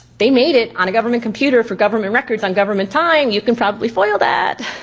they made it on a government computer for government records on government time, you can probably foil that.